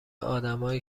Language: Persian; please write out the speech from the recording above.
آدمایی